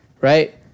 right